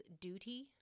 duty